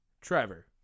trevor